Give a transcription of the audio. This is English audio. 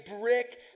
brick